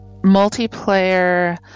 multiplayer